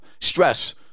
Stress